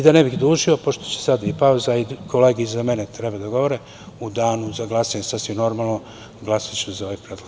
Da ne bih dužio, pošto će sada i pauza, a i kolege iza mene treba da govore, u danu za glasanje, sasvim normalno, glasaću za ovaj predlog.